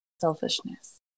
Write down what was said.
selfishness